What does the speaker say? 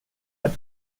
hat